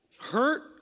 Hurt